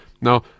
Now